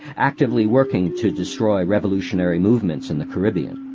actively working to destroy revolutionary movements in the caribbean.